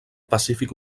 pacífic